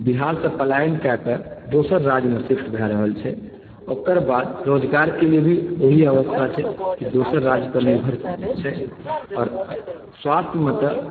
बिहारसँ पलायन कए कऽ दोसर राज्यमे शिफ्ट भए रहल छै ओकरबाद रोजगारके लिए भी ओही अवस्था छै की दोसर राज्यपर निर्भर छै आओर स्वास्थमे तऽ